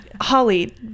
Holly